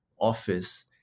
office